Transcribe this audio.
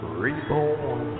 reborn